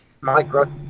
micro